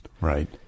Right